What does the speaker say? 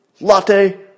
Latte